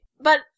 But-